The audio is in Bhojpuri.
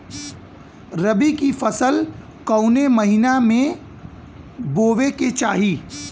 रबी की फसल कौने महिना में बोवे के चाही?